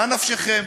ממה נפשכם,